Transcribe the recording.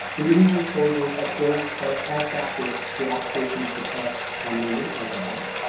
individual soldiers, of course, are as captive to occupation's dictates on movement as others.